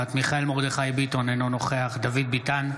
נוכחת מיכאל מרדכי ביטון, אינו נוכח דוד ביטן,